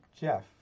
Jeff